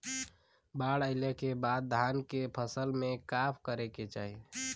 बाढ़ आइले के बाद धान के फसल में का करे के चाही?